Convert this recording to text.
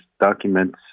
documents